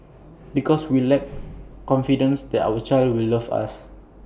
because we lack confidence that our children will love us